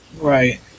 right